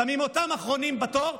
שמים אותם אחרונים בתור,